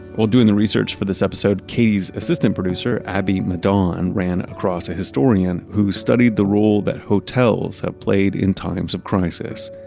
while doing the research for this episode, katie's assistant producer abby madan and and ran across a historian who studied the role that hotels have played in times of crisis.